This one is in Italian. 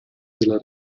della